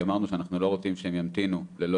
כי אמרנו שאנחנו לא רוצים שהם ימתינו ללא